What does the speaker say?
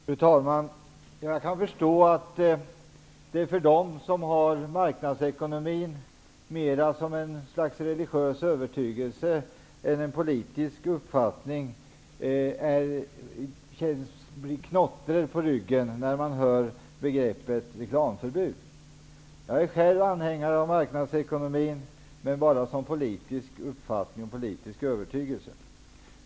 Fru talman! Jag kan förstå att de som har marknadsekonomi mera som ett slags religiös övertygelse än som en politisk uppfattning får knottror på ryggen när de hör talas om begreppet reklamförbud. Jag är själv anhängare av marknadsekonomi, men det är bara en politisk övertygelse.